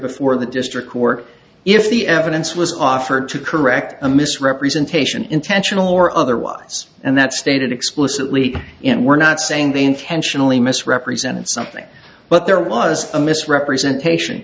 before the district court if the evidence was offered to correct a misrepresentation intentional or otherwise and that stated explicitly and we're not saying they intentionally misrepresented something but there was a misrepresentation